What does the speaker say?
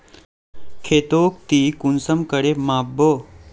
खेतोक ती कुंसम करे माप बो?